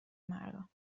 مردم